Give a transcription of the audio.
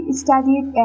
studied